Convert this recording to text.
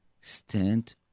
stand